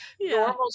normal